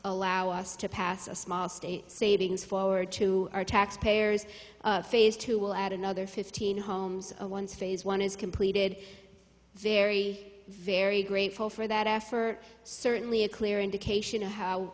allow us to pass a small state savings forward to our tax payers phase two will add another fifteen homes a one phase one is completed very very grateful for that effort certainly a clear indication of how